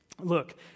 look